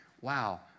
wow